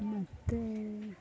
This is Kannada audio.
ಮತ್ತು